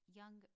young